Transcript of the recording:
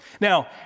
Now